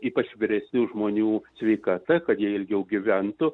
ypač vyresnių žmonių sveikata kad jie ilgiau gyventų